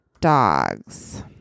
dogs